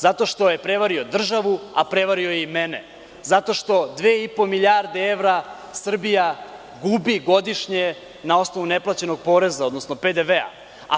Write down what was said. Zato što je prevario državu, a prevario je i mene, zato što 2,5 milijarde evra Srbija gubi godišnje na osnovu neplaćenog poreza, odnosno PDV-a.